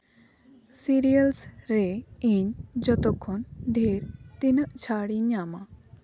cereals ᱨᱮ ᱤᱧ ᱡᱚᱛᱚᱠᱷᱚᱱ ᱰᱷᱮᱨ ᱛᱤᱱᱟᱹᱜ ᱪᱷᱟᱲᱤᱧ ᱧᱟᱢᱟ